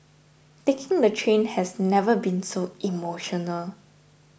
taking the train has never been so emotional